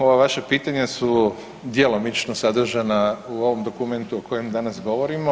Dobro, ova vaša pitanja su djelomično sadržana u ovom dokumentu o kojem danas govorimo.